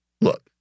look